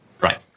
Right